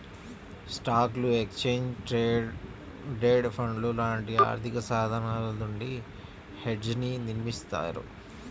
స్టాక్లు, exchange traded ఫండ్లు లాంటి ఆర్థికసాధనాల నుండి హెడ్జ్ని నిర్మిత్తారు